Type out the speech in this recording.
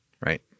right